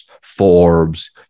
Forbes